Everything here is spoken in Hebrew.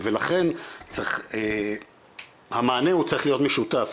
ולכן המענה הוא צריך להיות משותף,